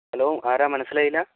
hello ആരാ മനസ്സിലായില്ല